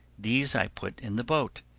these i put in the boat,